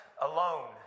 alone